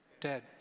dead